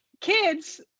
kids